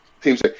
teams